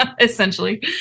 essentially